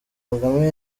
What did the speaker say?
kagame